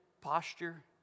posture